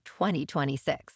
2026